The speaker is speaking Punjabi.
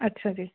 ਅੱਛਾ ਜੀ